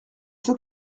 ceux